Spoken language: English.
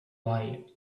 light